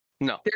No